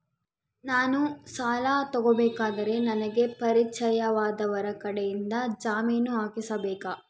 ನಾನು ಸಾಲ ತಗೋಬೇಕಾದರೆ ನನಗ ಪರಿಚಯದವರ ಕಡೆಯಿಂದ ಜಾಮೇನು ಹಾಕಿಸಬೇಕಾ?